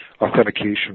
authentication